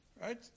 Right